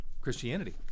Christianity